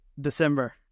December